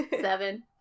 seven